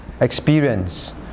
experience